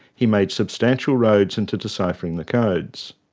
he made substantial inroads into deciphering the codes.